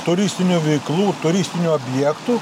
turistinių veiklų turistinių objektų